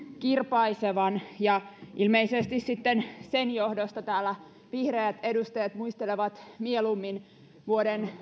kirpaisevan ja ilmeisesti sitten sen johdosta täällä vihreät edustajat muistelevat mieluummin vuoden